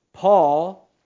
Paul